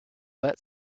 that